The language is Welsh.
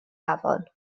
afon